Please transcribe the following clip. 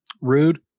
Rude